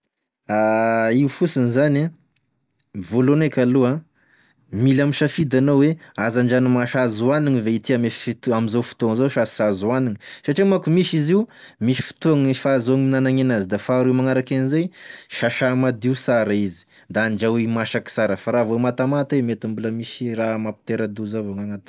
Io fosiny zany ah, voalohany eky aloha, mila misafidy anao oe hazandranomasy azo oanigny ve ity ame fitoa- amizao fotoa zao sa s'azo oanigny, satria manko misy izy io, misy fotoa gne fahazoa minanagne anazy da faharoa magnarake anizay sasà madio sara izy da andrahoy masaky sara fa raha vo matamata i mety mbola misy raha mampitera-doza avao gn'agnatiny agny.